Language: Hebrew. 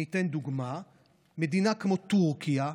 מדינה כמו טורקיה,